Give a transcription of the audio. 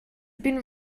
been